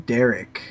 Derek